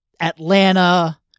Atlanta